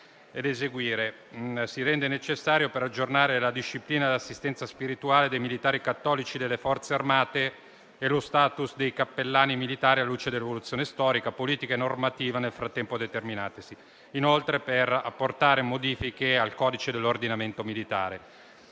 si rende necessario per aggiornare la disciplina dell'assistenza spirituale dei militari cattolici delle Forze armate e lo *status* dei cappellani militari alla luce dell'evoluzione storica, politica e normativa nel frattempo determinatasi e, inoltre, per apportare modifiche al codice dell'ordinamento militare.